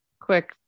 quick